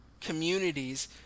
communities